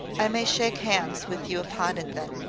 i may shake hands with you upon it, then.